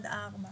עד (4).